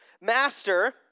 Master